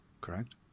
correct